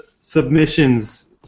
submissions